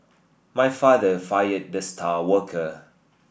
my father fired the star worker